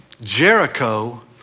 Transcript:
Jericho